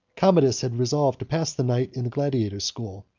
commodus had resolved to pass the night in the gladiators' school,